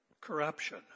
Corruption